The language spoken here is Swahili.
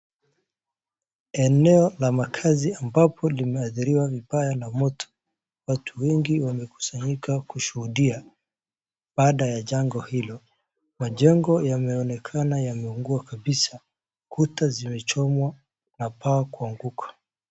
Eneo la makazi ambapo limeadhiriwa vibaya na moto, watu wengi wamekusanyika kushuhudia baada ya janga hilo, majengo yameonaekana yameungua kabisa, kuta zimechomwa na paa kuanguka.